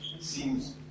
seems